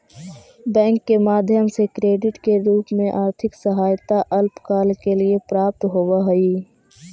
bank के माध्यम से क्रेडिट के रूप में आर्थिक सहायता अल्पकाल के लिए प्राप्त होवऽ हई